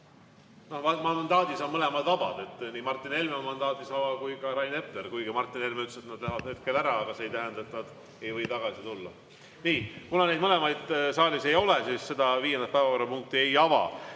ja mandaadis on mõlemad vabad – nii Martin Helme on mandaadis vaba kui ka Rain Epler. Kuigi Martin Helme ütles tol hetkel, et nad lähevad ära, siis see ei tähenda, et nad ei või tagasi tulla. Nii, kuna neid kumbagi saalis ei ole, siis ma viiendat päevakorrapunkti ei ava.